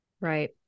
Right